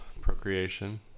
procreation